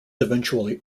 eventually